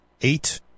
eight